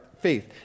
faith